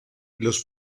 los